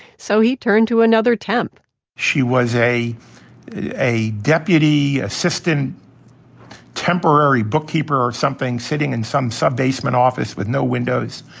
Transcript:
so he turned to another temp she was a a deputy assistant temporary bookkeeper, or something, sitting in some sub-basement office with no windows,